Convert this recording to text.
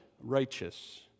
righteous